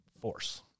force